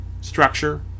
structure